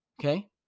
okay